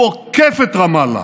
הוא עוקף את רמאללה.